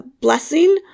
blessing